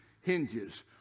hinges